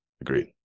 Agreed